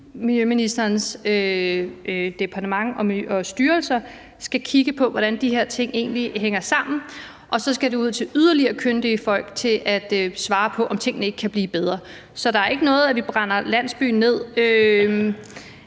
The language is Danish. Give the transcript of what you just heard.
miljøministerens departement og styrelser, skal kigge på, hvordan de her ting egentlig hænger sammen, og så skal det ud til yderligere kyndige folk, som skal svare på, om ikke tingene kan blive bedre. Så der er ikke noget med, at vi brænder landsbyen ned